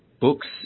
books